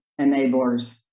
enablers